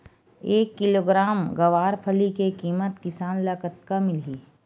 एक किलोग्राम गवारफली के किमत किसान ल कतका मिलही?